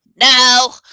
No